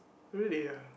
really ah